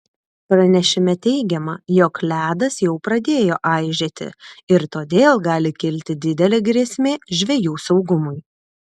pranešime teigiama jog ledas jau pradėjo aižėti ir todėl gali kilti didelė grėsmė žvejų saugumui